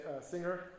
Singer